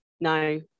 no